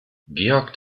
georg